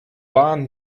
barn